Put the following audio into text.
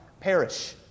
Perish